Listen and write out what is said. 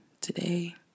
today